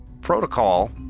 Protocol